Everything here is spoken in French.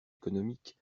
économique